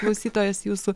klausytojas jūsų